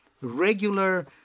regular